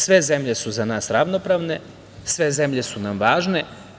Sve zemlje su za nas ravnopravne, sve zemlje su nam važne.